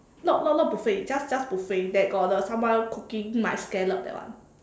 not not not not buffet just just buffet that got the someone cooking my scallop that one